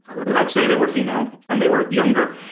let's say they were female, and they were younger.